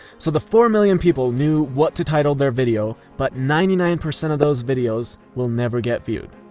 so the four million people knew what to title their video, but ninety nine percent of those videos will never get viewed.